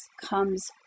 comes